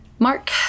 Mark